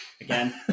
Again